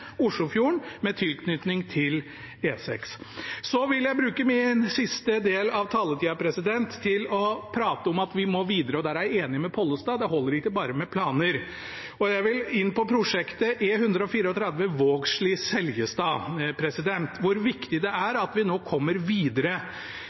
Oslofjorden med tilknytning til E6. Så vil jeg bruke den siste delen av taletida til å prate om at vi må videre, og der er jeg enig med Pollestad; det holder ikke bare med planer. Og jeg vil inn på prosjektet E134 Vågsli–Seljestad, hvor viktig det er at vi nå kommer videre, og